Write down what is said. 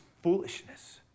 foolishness